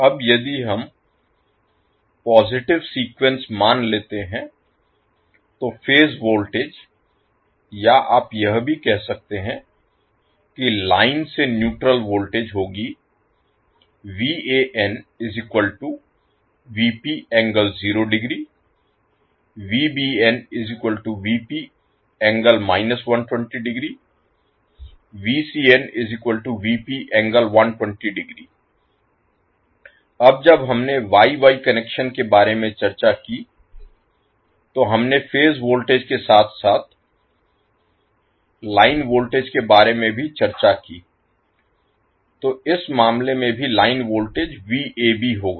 अब यदि हम पॉजिटिव सीक्वेंस मान लेते हैं तो फेज वोल्टेज या आप यह भी कह सकते हैं कि लाइन से न्यूट्रल वोल्टेज होगी अब जब हमने वाई वाई कनेक्शन के बारे में चर्चा की तो हमने फेज वोल्टेज के साथ साथ लाइन वोल्टेज के बारे में भी चर्चा की तो इस मामले में भी लाइन वोल्टेज होगा